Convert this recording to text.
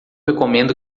recomendo